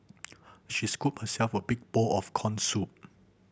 she scooped herself a big bowl of corn soup